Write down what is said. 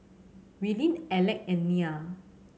Willene Alec and Nia